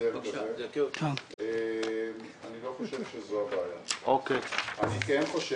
תעשו את זה אני לא יכול בלי איומים אני לא מאיים